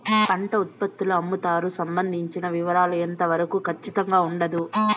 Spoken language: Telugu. పంట ఉత్పత్తుల అమ్ముతారు సంబంధించిన వివరాలు ఎంత వరకు ఖచ్చితంగా ఉండదు?